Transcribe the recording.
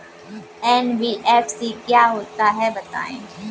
NBFC क्या होता है बताएँ?